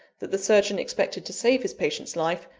that the surgeon expected to save his patient's life,